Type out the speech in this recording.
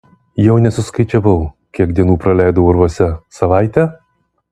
jau nesuskaičiavau kiek dienų praleidau urvuose savaitę